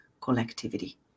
collectivity